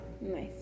Nice